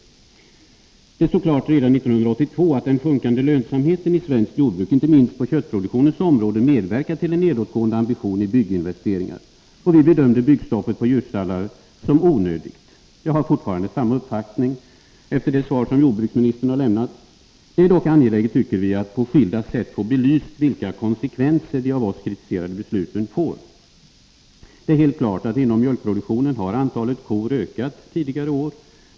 Det stod klart redan 1982 att den sjunkande lönsamheten i svenskt jordbruk — inte minst på köttproduktionens område — hade medverkat till en nedåtgående ambition i fråga om bygginvesteringar. Vi bedömde byggstoppet när det gäller djurstallar som onödigt. Jag har fortfarande samma uppfattning, efter det svar som jordbruksministern har lämnat. Det är dock angeläget, tycker vi, att på skilda sätt få belyst vilka konsekvenser de av oss kritiserade besluten får. Det är helt klart att antalet kor inom mjölkproduktionen har ökat tidigare år.